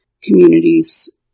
communities